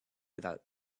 without